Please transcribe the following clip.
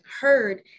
heard